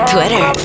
Twitter